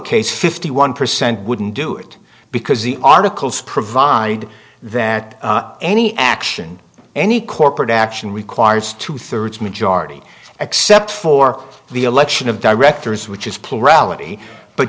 case fifty one percent wouldn't do it because the articles provide that any action any corporate action requires two thirds majority except for the election of directors which is